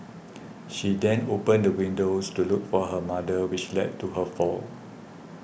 she then opened the windows to look for her mother which led to her fall